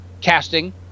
casting